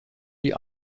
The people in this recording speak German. die